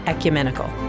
Ecumenical